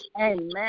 Amen